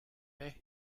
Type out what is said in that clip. laid